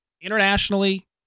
internationally